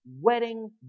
wedding